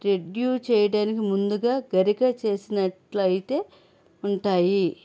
రెడ్యూ చేయడానికి ముందుగా గరిక చేసినట్లయితే ఉంటాయి